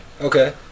Okay